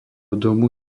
domu